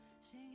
Sing